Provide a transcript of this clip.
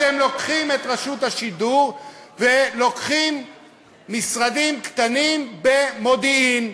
אתם לוקחים את רשות השידור ולוקחים משרדים קטנים במודיעין,